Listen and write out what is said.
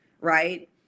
right